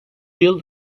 yıl